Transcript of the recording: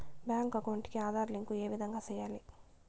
Bank account కి Aadhaar link ఏ విధంగా సెయ్యాలి?